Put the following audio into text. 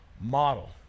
model